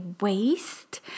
waste